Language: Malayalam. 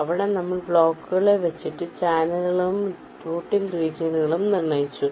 അവിടെ നമ്മൾ ബ്ലോക്കുകളെ വച്ചിട്ടു ചാനലുകളും റൂട്ടിംഗ് റീജിയനുകളും നിർണയിച്ചു